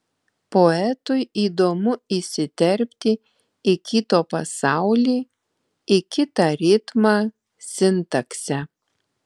poetui įdomu įsiterpti į kito pasaulį į kitą ritmą sintaksę